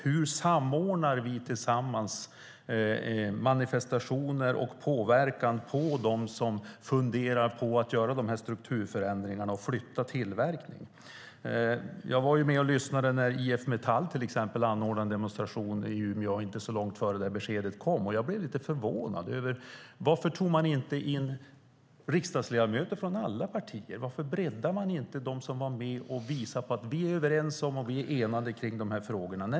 Hur samordnar vi tillsammans manifestationer och påverkar dem som funderar på dessa strukturförändringar och att flytta tillverkningen? Jag var med och lyssnade när IF Metall anordnade en demonstration i Umeå inte så lång tid innan beskedet kom. Jag blev lite förvånad. Varför var inte riksdagsledamöter från alla partier med? Varför breddade man inte representationen för att visa att man är överens och enad i frågorna?